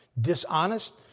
dishonest